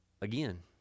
Again